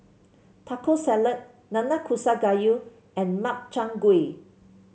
Taco Salad Nanakusa Gayu and Makchang Gui